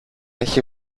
έχει